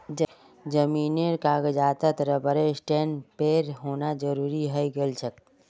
जमीनेर कागजातत रबर स्टैंपेर होना जरूरी हइ गेल छेक